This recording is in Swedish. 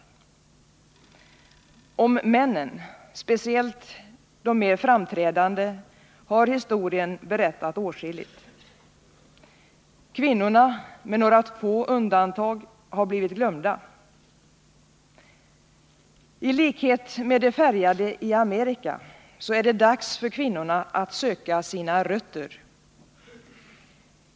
Om männen, speciellt de mer framträdande, har historien berättat åtskilligt. Kvinnorna, med några få undantag, har blivit glömda. Liksom för de färgade i Amerika är det dags för kvinnorna att söka sina rötter.